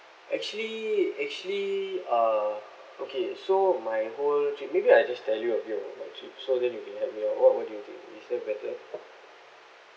actually actually uh okay so my whole trip maybe I just tell you a little bit about my trip so then you can help me out what would you think is that better